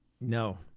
No